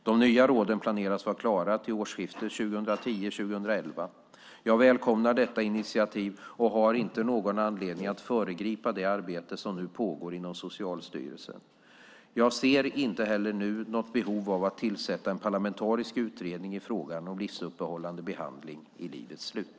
De nya råden planeras vara klara till årsskiftet 2010/11. Jag välkomnar detta initiativ och har inte någon anledning att föregripa det arbete som nu pågår inom Socialstyrelsen. Jag ser inte heller nu något behov av att tillsätta en parlamentarisk utredning i frågan om livsuppehållande behandling i livets slut.